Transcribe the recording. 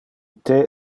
the